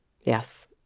Yes